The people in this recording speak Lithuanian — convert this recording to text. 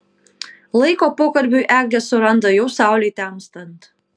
laiko pokalbiui eglė suranda jau saulei temstant